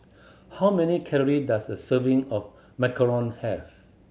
how many calorie does a serving of macaron have